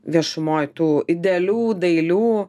viešumoj tų idealių dailių